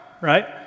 right